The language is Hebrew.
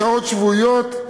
בשעות שבועיות.